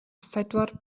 phedwar